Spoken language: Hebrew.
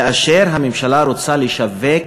כאשר הממשלה רוצה לשווק